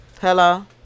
Hello